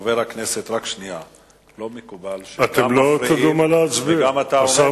חבר הכנסת, לא מקובל שגם מפריעים וגם אתה עומד עם